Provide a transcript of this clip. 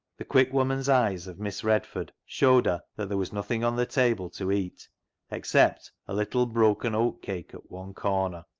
the quick woman's eyes of miss redford showed her that there was nothing on the table to eat except a little broken oat-cake at one corner.